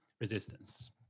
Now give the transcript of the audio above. resistance